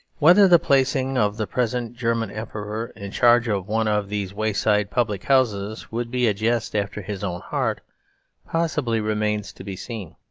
whether the placing of the present german emperor in charge of one of these wayside public-houses would be a jest after his own heart possibly remains to be seen.